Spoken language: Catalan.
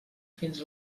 fins